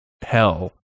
hell